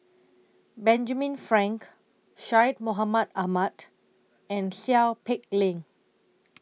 Benjamin Frank Syed Mohamed Ahmed and Seow Peck Leng